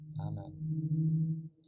Amen